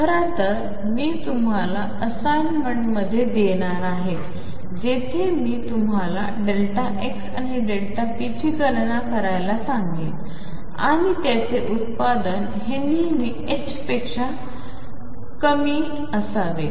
खरं तर मी तुम्हाला असाइनमेंटमध्ये देणार आहे जेथे मी तुम्हाला x आणि p ची गणना करायला सांगेन आणि त्यांचे उत्पादन हे नेहमी 2 पेक्षा मोठे असावे